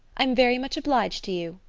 i'm very much obliged to you,